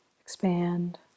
expand